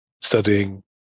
studying